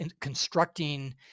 constructing